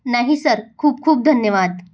नाही सर खूप खूप धन्यवाद